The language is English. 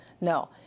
No